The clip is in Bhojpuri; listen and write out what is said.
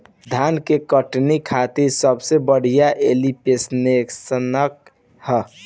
धान के कटनी खातिर सबसे बढ़िया ऐप्लिकेशनका ह?